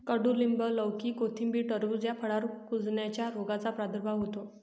कडूलिंब, लौकी, कोथिंबीर, टरबूज या फळांवर कुजण्याच्या रोगाचा प्रादुर्भाव होतो